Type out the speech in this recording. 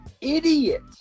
idiot